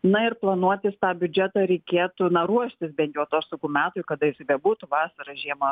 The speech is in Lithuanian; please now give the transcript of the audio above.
na ir planuotis tą biudžetą reikėtų na ruoštis bent jau atostogų metui kada jis bebūtų vasarą žiemą